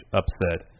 upset